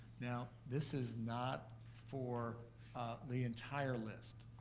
now, this is not for the entire list.